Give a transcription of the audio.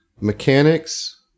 mechanics